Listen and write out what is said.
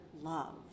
love